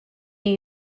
new